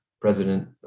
president